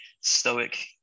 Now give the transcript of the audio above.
stoic